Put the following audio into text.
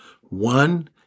One